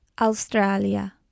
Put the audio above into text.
Australia